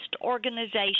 organization